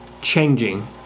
changing